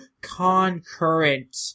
concurrent